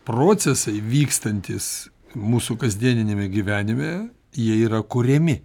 procesai vykstantys mūsų kasdieniniame gyvenime jie yra kuriami